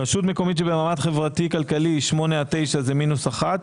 רשות מקומית שבמעמד חברתי כלכלי 8 עד 9 זה מינוס 1,